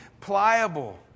pliable